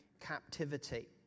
Captivity